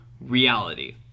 reality